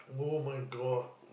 [oh]-my-God